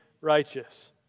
righteous